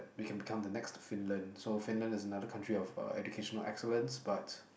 we can become the next Finland so Finland is another country of uh educational excellence but